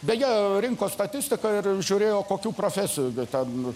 beje rinko statistiką ir žiūrėjo kokių profesijų ten